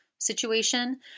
Situation